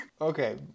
Okay